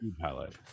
highlight